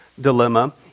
dilemma